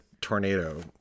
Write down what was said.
tornado